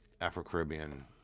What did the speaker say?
Afro-Caribbean